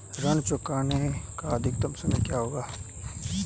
ऋण चुकाने का अधिकतम समय क्या है?